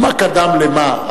ומה קדם למה.